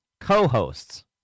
co-hosts